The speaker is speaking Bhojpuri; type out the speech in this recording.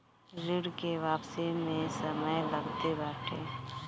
ऋण के वापसी में समय लगते बाटे